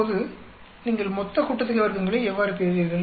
இப்போது நீங்கள் மொத்த கூட்டுத்தொகை வர்க்கங்களை எவ்வாறு பெறுவீர்கள்